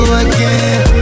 again